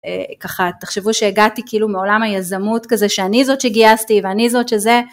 ככה תחשבו שהגעתי כאילו מעולם היזמות כזה שאני זאת שגייסתי ואני זאת שזה